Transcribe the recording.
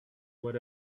what